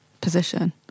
position